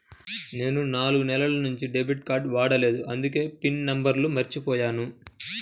నేను నాలుగు నెలల నుంచి డెబిట్ కార్డ్ వాడలేదు అందుకే పిన్ నంబర్ను మర్చిపోయాను